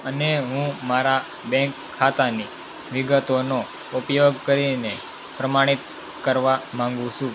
અને હું મારા બેંક ખાતાની વિગતોનો ઉપયોગ કરીને પ્રમાણિત કરવા માગું છું